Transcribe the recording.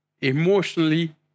Emotionally